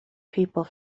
people